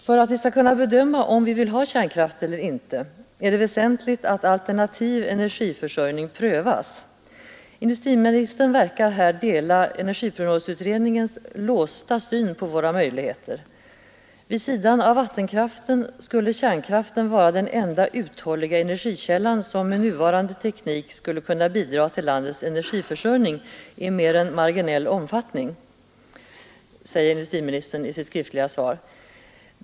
För att vi skall kunna bedöma om vi vill ha kärnkraft eller inte är det väsentligt att alternativ energiförsörjning prövas. Industriministern verkar här dela energiprognosutredningens låsta syn på våra möjligheter. Vid sidan av vattenkraften skulle kärnkraften vara den enda uthålliga energikälla, som med nuvarande teknik skulle kunna bidra till landets energiförsörjning i mer än marginell omfattning, säger industriministern i sitt skrivna svar.